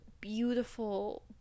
beautiful